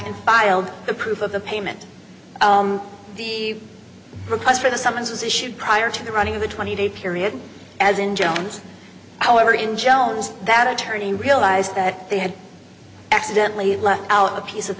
and filed the proof of the payment the request for the summons was issued prior to the running of a twenty day period as in jones however in jones that attorney realized that they had accidentally left out a piece of